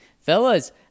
Fellas